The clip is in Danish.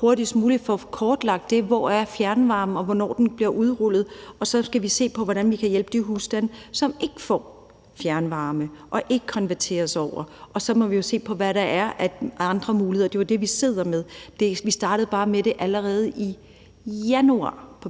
hurtigst muligt skal have kortlagt, hvor fjernvarmen er, og hvornår den bliver udrullet. Og så skal vi se på, hvordan vi kan hjælpe de husstande, som ikke får fjernvarme, og som ikke konverteres til noget andet. Så må vi se på, hvad der er af andre muligheder. Det er jo det, vi sidder med. Vi startede med at kigge på